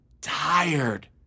tired